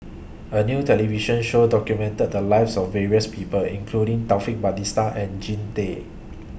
A New television Show documented The Lives of various People including Taufik Batisah and Jean Tay